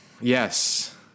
Yes